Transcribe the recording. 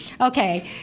Okay